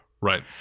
Right